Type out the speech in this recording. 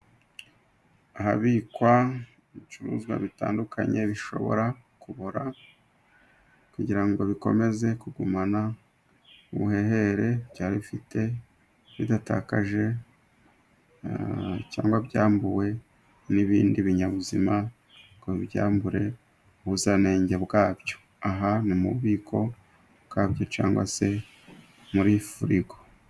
Ahabikwa ibicuruzwa bitandukanye bishobora kubora, kugirango bikomeze kugumana ubuhehere byari bifite bidatakaje, cyangwa byambuwe nibindi binyabizima, ngo bibyambure ubuziranenge bwabyo . Aha ni mububiko bwabyo cyangwa se muri firigo.